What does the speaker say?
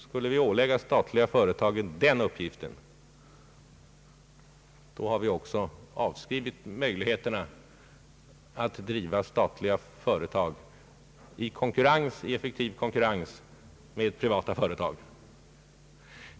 Skulle vi ålägga statliga företag någonting sådant, då hade vi också avskrivit möj ligheterna att driva statliga företag i effektiv konkurrens med privata företag.